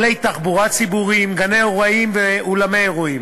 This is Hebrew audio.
כלי תחבורה ציבורית, גני אירועים ואולמות אירועים,